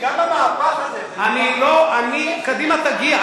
גם המהפך הזה, קדימה תגיע.